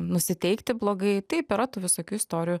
nusiteikti blogai taip yra tų visokių istorijų